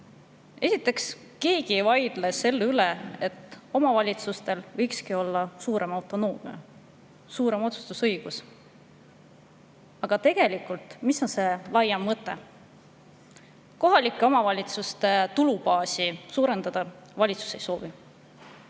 Esiteks, keegi ei vaidle vastu, et omavalitsustel võiks olla suurem autonoomia, suurem otsustusõigus. Aga mis tegelikult on kõige selle laiem mõte? Kohalike omavalitsuste tulubaasi suurendada valitsus ei soovi,